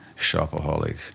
shopaholic